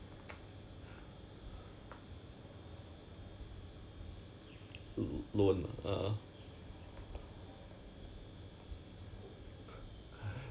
!hannor! 现在 as you know 我等下现在还在 I'm still paying my my bank loan now ya so on top of that I still have another amount 你要我还 I cannot make it lah